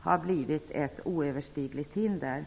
har blivit ett oöverstigligt hinder.